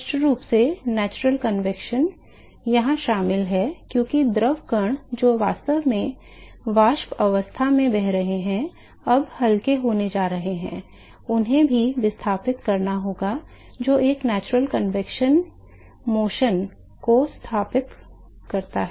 स्पष्ट रूप से प्राकृतिक संवहन प्रक्रिया यहाँ शामिल है क्योंकि द्रव कण जो वास्तव में वाष्प अवस्था में बह रहे हैं अब हल्के होने जा रहे हैं उन्हें भी विस्थापित करना होगा जो एक प्राकृतिक संवहन गति को स्थापित करता है